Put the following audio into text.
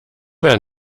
wer